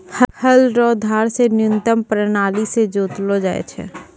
हल रो धार से न्यूतम प्राणाली से जोतलो जाय छै